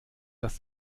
dass